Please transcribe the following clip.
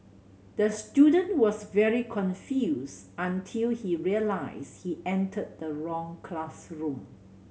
the student was very confused until he realised he entered the wrong classroom